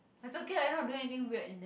it's okay you're not doing anything weird in there